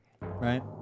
Right